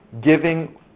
Giving